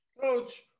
Coach